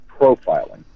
profiling